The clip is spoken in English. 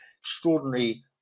extraordinary